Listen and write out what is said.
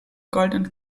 goldenen